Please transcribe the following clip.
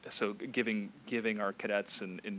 ah so giving giving our cadets and